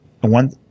one